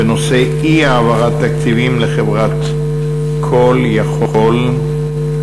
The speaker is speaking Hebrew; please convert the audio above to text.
בנושא: אי-העברת תקציבים לחברת "call יכול".